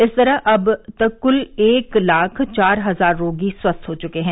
इस तरह अब तक कुल एक लाख चार हजार रोगी स्वस्थ हो चुके हैं